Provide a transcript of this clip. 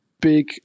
big